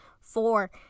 Four